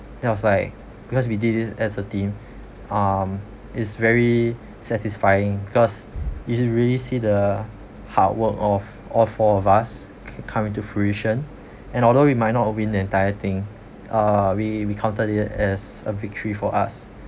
that was like because we did it as a team um is very satisfying because if you really see the hard work of all four of us can come into fruition and although we might not win the entire thing uh we we counted it as a victory for us